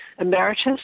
Emeritus